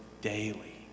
daily